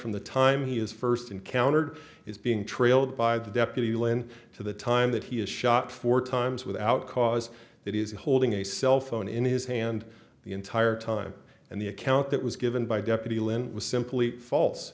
from the time he is first encountered is being trailed by the deputy lynne to the time that he is shot four times without cause that is holding a cell phone in his hand the entire time and the account that was given by deputy lindh was simply false